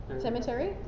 Cemetery